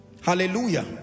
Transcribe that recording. Hallelujah